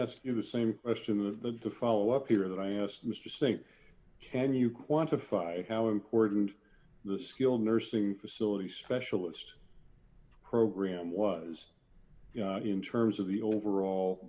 asked you the same question of the follow up here that i asked mr singh can you quantify how important the skilled nursing facility specialist program was in terms of the overall